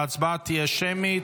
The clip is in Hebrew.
ההצבעה תהיה שמית.